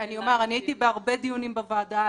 הייתי בהרבה דיונים בוועדה,